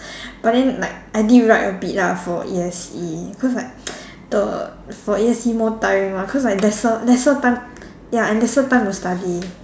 but then like I did write a bit lah for A_S_E cause like the for A_S_E more tiring what cause like lesser lesser time ya and lesser time to study